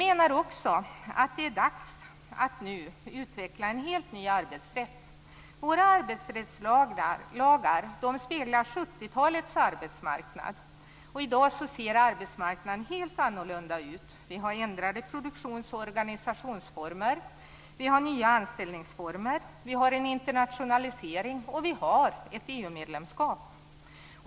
Vidare menar vi att det är dags att nu utveckla en helt ny arbetsrätt. Våra arbetsrättslagar speglar 1970 talets arbetsmarknad. I dag ser arbetsmarknaden helt annorlunda ut. Vi har ändrade produktions och organisationsformer. Vi har nya anställningsformer. Vi har en internationalisering och vi har ett EU medlemskap.